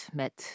met